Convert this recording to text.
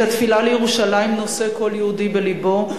את התפילה לירושלים נושא כל יהודי בלבו,